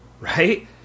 Right